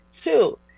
two